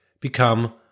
become